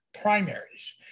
primaries